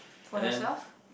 for yourself